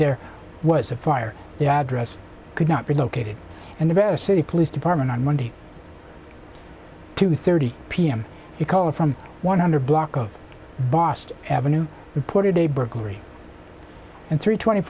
there was a fire the address could not be located and that a city police department on monday two thirty p m you called from one hundred block of boston avenue reported a burglary and three twenty